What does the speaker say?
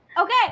okay